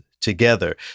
together